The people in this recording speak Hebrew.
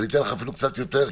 ואני אתן לך אפילו קצת יותר,